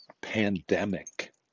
pandemic